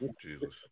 Jesus